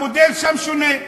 המודל שם שונה,